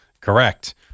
correct